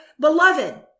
beloved